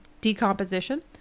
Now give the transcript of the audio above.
decomposition